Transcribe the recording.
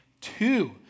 two